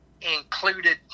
included